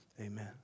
amen